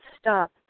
stop